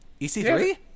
EC3